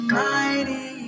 mighty